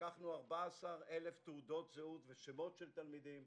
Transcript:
לקחנו 14,000 תעודות זהות ושמות של תלמידים,